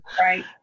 Right